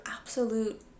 absolute